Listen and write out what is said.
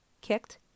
kicked